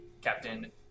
Captain